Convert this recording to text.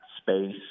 space